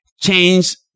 change